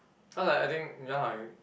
cause like I think ya lah